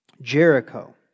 Jericho